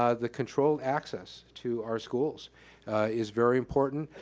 ah the controlled access to our schools is very important.